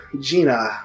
Gina